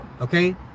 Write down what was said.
okay